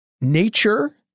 Nature